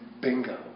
Bingo